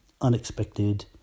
unexpected